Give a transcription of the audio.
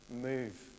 move